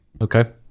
Okay